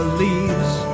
leaves